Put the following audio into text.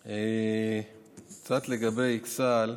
קצת לגבי אכסאל,